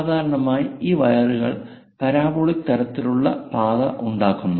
സാധാരണയായി ഈ വയറുകൾ പരാബോളിക് തരത്തിലുള്ള പാത ഉണ്ടാക്കുന്നു